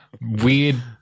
Weird